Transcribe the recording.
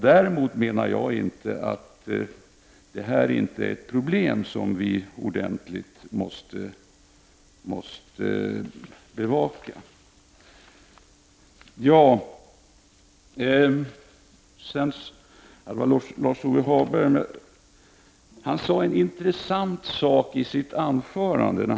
Jag menar däremot inte att det här inte är problem som vi ordentligt måste bevaka. Lars-Ove Hagberg sade en intressant sak i sitt anförande.